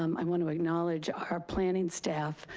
um i want to acknowledge our planning staff,